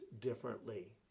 differently